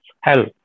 Hell